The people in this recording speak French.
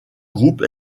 groupe